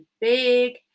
big